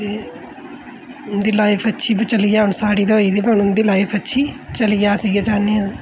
ते उं'दी लाइफ अच्छी चली जाए हून साढ़ी ते होई गेदी हून उं'दी लाइफ अच्छी चली जा अस इ'यै चाहन्ने